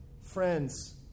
Friends